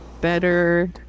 Better